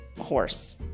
horse